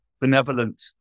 benevolent